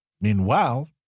Meanwhile